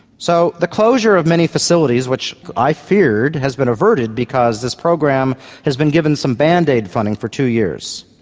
so the closure of many facilities, which i feared, has been averted because this program has been given some band-aid funding for two years.